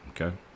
Okay